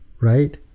right